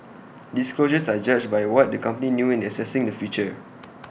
disclosures are judged by what the company knew in assessing the future